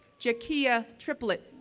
jakeiyah triplett,